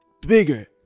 bigger